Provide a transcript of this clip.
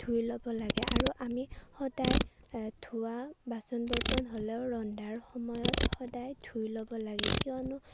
ধুই ল'ব লাগে আৰু আমি সদায় ধোৱা বাচন বৰ্তন হ'লেও ৰন্ধাৰ সময়ত সদায় ধুই ল'ব লাগে কিয়নো